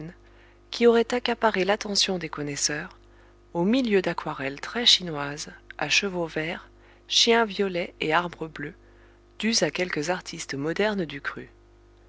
qui aurait accaparé l'attention des connaisseurs au milieu d'aquarelles très chinoises à chevaux verts chiens violets et arbres bleus dues à quelques artistes modernes du cru